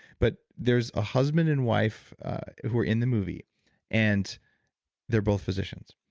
but there's a husband and wife who are in the movie and they're both physicians.